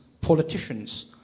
politicians